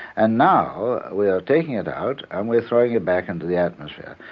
and now we are taking it out and we're throwing it back into the atmosphere,